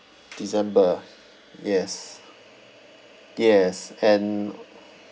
december yes yes and